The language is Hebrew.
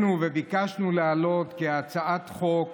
ביקשנו להעלות כהצעת חוק